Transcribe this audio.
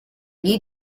need